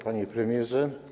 Panie Premierze!